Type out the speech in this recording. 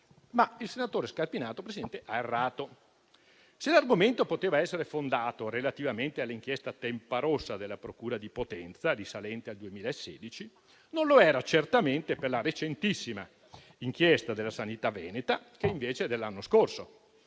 il senatore Scarpinato ha errato: se l'argomento poteva essere fondato relativamente all'inchiesta Tempa Rossa della procura di Potenza risalente al 2016, non lo era certamente per la recentissima inchiesta della sanità veneta, che invece è dell'anno scorso,